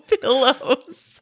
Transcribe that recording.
pillows